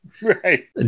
Right